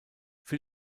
für